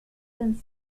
ten